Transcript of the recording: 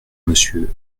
monsieur